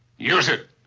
use it!